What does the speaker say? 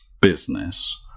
business